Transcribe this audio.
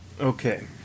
okay